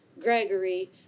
Gregory